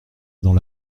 dans